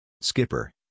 Skipper